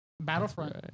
Battlefront